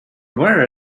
where